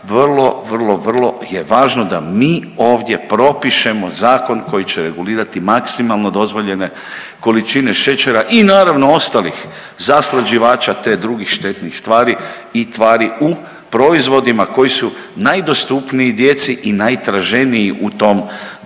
vrlo vrlo vrlo je važno da mi ovdje propišemo zakon koji će regulirati maksimalno dozvoljene količine šećera i naravno ostalih zaslađivača, te drugih štetnih stvari i tvari u proizvodima koji su najdostupniji djeci i najtraženiji u tom dobnom